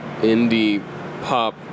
indie-pop